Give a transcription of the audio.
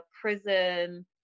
prison